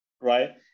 right